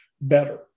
better